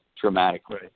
dramatically